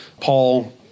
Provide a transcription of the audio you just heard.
Paul